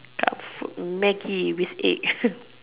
cup food Maggi with egg